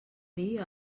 dir